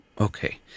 Okay